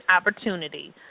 opportunity